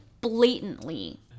blatantly